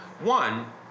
One